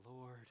Lord